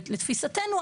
לתפיסתנו,